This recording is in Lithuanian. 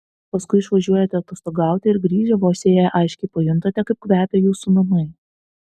paskui išvažiuojate atostogauti ir grįžę vos įėję aiškiai pajuntate kaip kvepia jūsų namai